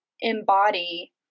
embody